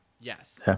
Yes